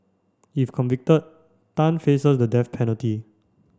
if convicted Tan faces the death penalty